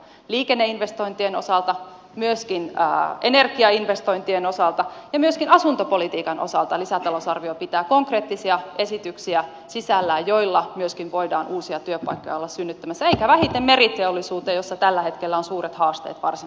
liikenneinvestointien osalta energiainvestointien osalta ja myöskin asuntopolitiikan osalta lisätalousarvio pitää sisällään konkreettisia esityksiä joilla myöskin voidaan uusia työpaikkoja olla synnyttämässä eikä vähiten meriteollisuuteen jossa tällä hetkellä on suuret haasteet varsinais suomessa